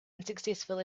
unsuccessful